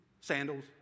Sandals